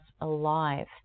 alive